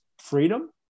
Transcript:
freedom